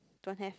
don't have